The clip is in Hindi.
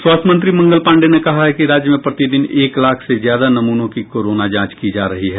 स्वास्थ्य मंत्री मंगल पाण्डे ने कहा है कि राज्य में प्रतिदिन एक लाख से ज्यादा नमूनो की कोरोना जांच की जा रही है